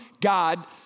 God